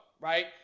right